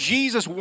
Jesus